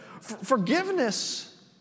Forgiveness